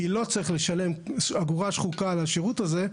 כי לא צריך לשלם אגורה שחוקה על השירות הזה,